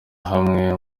hamwe